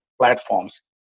platforms